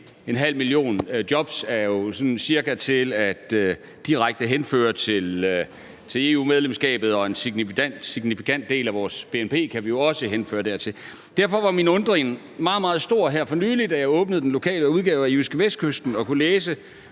en halv million jobs direkte til EU-medlemskabet, og en signifikant del af vores bnp kan vi jo også henføre dertil. Derfor var min undring meget, meget stor her for nylig, da jeg åbnede den lokale udgave af JydskeVestkysten og kunne læse